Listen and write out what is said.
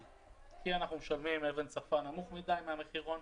שקלים כי אנחנו משלמים לאבן שפה מחיר נמוך מדי מהמחירון.